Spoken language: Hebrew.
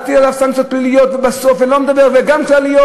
להטיל עליו סנקציות פליליות וגם כלליות,